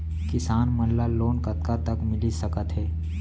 किसान मन ला लोन कतका तक मिलिस सकथे?